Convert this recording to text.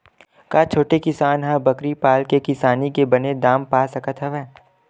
का छोटे किसान ह बकरी पाल के किसानी के बने दाम पा सकत हवय?